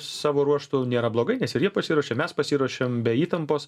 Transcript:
savo ruožtu nėra blogai nes ir jie pasiruošė mes pasiruošėm be įtampos